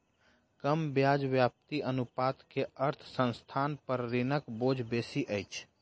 कम ब्याज व्याप्ति अनुपात के अर्थ संस्थान पर ऋणक बोझ बेसी अछि